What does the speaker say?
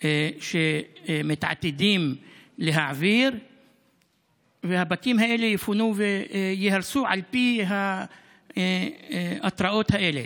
שמתעתדים להעביר ושהבתים האלה יפונו וייהרסו על פי ההתראות האלה.